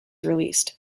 released